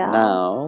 now